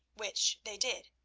which they did,